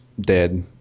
dead